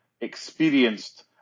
experienced